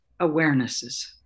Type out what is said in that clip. awarenesses